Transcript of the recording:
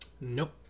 Nope